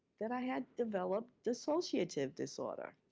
that i had developed dissociative disorder.